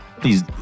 please